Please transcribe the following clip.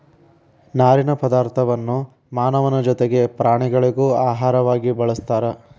ನಾರಿನ ಪದಾರ್ಥಗಳನ್ನು ಮಾನವನ ಜೊತಿಗೆ ಪ್ರಾಣಿಗಳಿಗೂ ಆಹಾರವಾಗಿ ಬಳಸ್ತಾರ